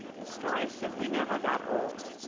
the story simply never got old,